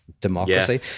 democracy